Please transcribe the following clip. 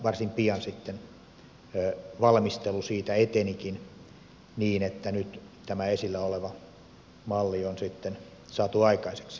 varsin pian sitten valmistelu siitä etenikin niin että nyt tämä esillä oleva malli on sitten saatu aikaiseksi